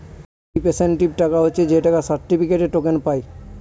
representative টাকা হচ্ছে যে টাকার সার্টিফিকেটে, টোকেন পায়